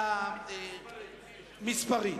והמספרי.